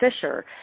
Fisher